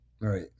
right